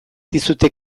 dizute